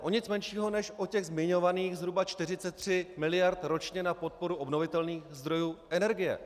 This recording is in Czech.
O nic menšího než o těch zmiňovaných zhruba 43 mld. ročně na podporu obnovitelných zdrojů energie!